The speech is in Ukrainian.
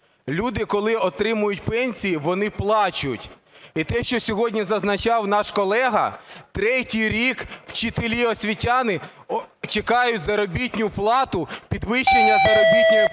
Люди, коли отримують пенсії, вони плачуть. І те, що сьогодні зазначав наш колега, третій рік вчителі, освітяни чекають заробітну плату, підвищення заробітної плати.